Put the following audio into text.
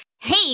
Hey